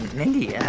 mindy, yeah